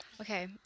Okay